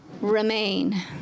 Remain